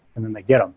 and then they get them.